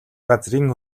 газрын